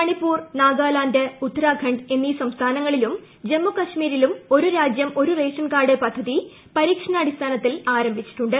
മണിപ്പൂർ നാഗാലാന്റ് ഉത്തരാഖണ്ഡ് എന്നീ സംസ്ഥാനങ്ങളിലും ജമ്മുകശ്മീരിലും ഒരു രാജ്യം ഒരു റേഷൻ കാർഡ് പദ്ധതി പരീക്ഷണാടിസ്ഥാനത്തിൽ ആരംഭിച്ചിട്ടുണ്ട്